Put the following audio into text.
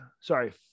Sorry